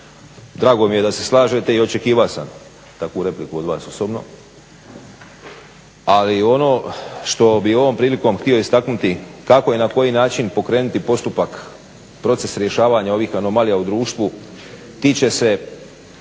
drago mi je da se slažete i očekivao sam takvu repliku od vas osobno. Ali ono što bih ovom prilikom htio istaknuti kako i na koji način pokrenuti postupak proces rješavanja ovih anomalija u društvu tiče se